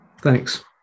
Thanks